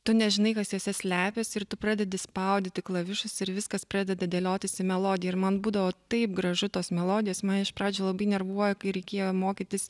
tu nežinai kas jose slepiasi ir tu pradedi spaudyti klavišus ir viskas pradeda dėliotis į melodiją ir man būdavo taip gražu tos melodijos man iš pradžių labai nervuoja kai reikėjo mokytis